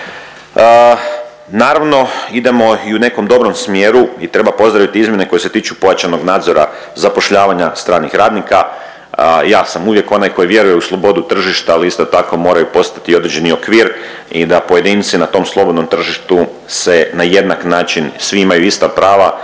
Naravno idemo i u nekom dobrom smjeru i treba pozdraviti izmjene koje se tiču pojačanog nadzora zapošljavanja stranih radnika. Ja sam uvijek onaj koji vjeruje u slobodu tržišta, ali isto tako mora postojati i određeni okvir i da pojedinci na tom slobodnom tržištu se na jednak način, svi imaju ista prava,